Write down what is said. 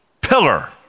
pillar